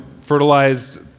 fertilized